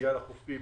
הגיעה לחופים,